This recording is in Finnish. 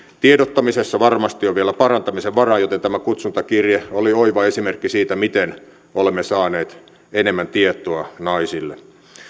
tiedottamisessa varmasti on vielä parantamisen varaa joten tämä kutsuntakirje oli oiva esimerkki siitä miten olemme saaneet enemmän tietoa naisille